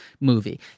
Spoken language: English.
movie